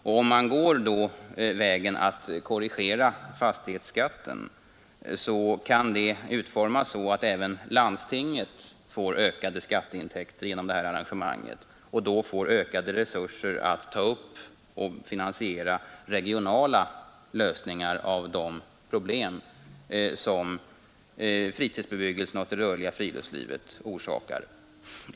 Om man går vägen att korrigera fastighetsskatten, kan arrangemanget utformas så att även landstingen får ökade skatteintäkter och därmed ökade resurser att ta upp och finansiera regionala lösningar av de problem som fritidsbebyggelsen och det rörliga friluftslivet orsakar.